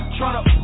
Tryna